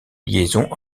liaisons